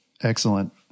Excellent